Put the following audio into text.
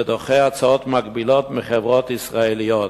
ודוחה הצעות מקבילות מחברות ישראליות.